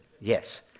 yes